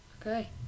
Okay